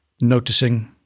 noticing